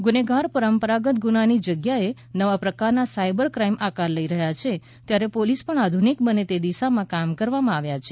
ગુનેગાર પરંપરાગત ગુનાની જગ્યાએ નવા પ્રકારના સાયબર ક્રાઇમ આકાર લઇ રહ્યા છે ત્યારે પોલીસ પણ આધુનિક બને તે દિશામાં કામ કરવામાં આવ્યાં છે